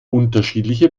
unterschiedliche